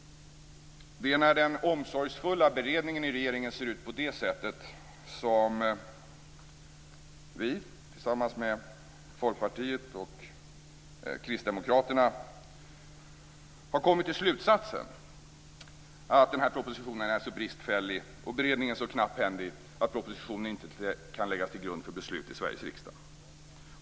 Det är när den omsorgsfulla beredningen i regeringen ser ut på det sättet som vi, tillsammans med Folkpartiet och Kristdemokraterna, har kommit till slutsatsen att propositionen är så bristfällig och beredningen så knapphändig att propositionen inte kan läggas till grund för beslut i Sveriges riksdag.